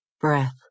breath